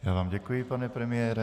Já vám děkuji, pane premiére.